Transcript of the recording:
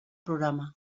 programa